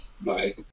Bye